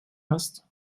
hast